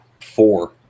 four